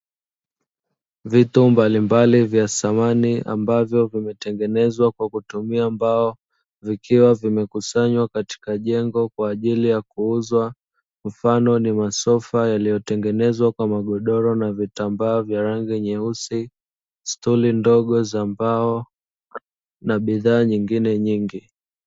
Vitu mbalimbali vya samani ambavyo vimetengenezwa kwa kutumia mbao zikiwa zimekusanywa katika jengo kwa ajili ya kuuzwa, mfano wa masofa yaliyotengenezwa kwa magodoro na vitambaa vya rangi nyeusi stuli ndogo za mbao na bidhaa nyingine nyingi.